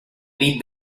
nit